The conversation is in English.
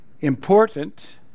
important